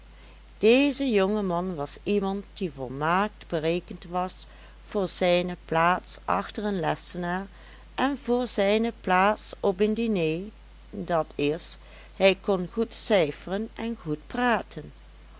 deze jongman was iemand die volmaakt berekend was voor zijne plaats achter een lessenaar en voor zijne plaats op een diner dat is hij kon goed cijferen en goed praten